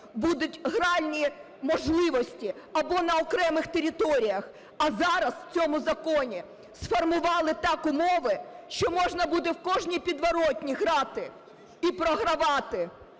будь гральні можливості або на окремих територіях. А зараз в цьому законі сформували так умови, що можна буде в кожній підворотні грати і програвати.